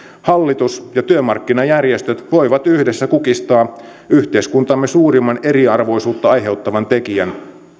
hallitus ja työmarkkinajärjestöt voivat yhdessä kukistaa yhteiskuntamme suurimman eriarvoisuutta aiheuttavan tekijän